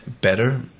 better